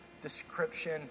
description